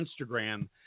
Instagram